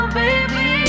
baby